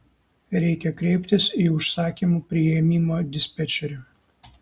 reikia kreiptis į užsakymų priėmimo dispečerį